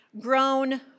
grown